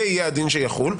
זה יהיה הדין שיחול,